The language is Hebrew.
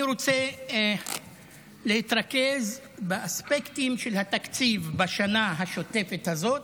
אני רוצה להתרכז באספקטים של התקציב בשנה השוטפת הזאת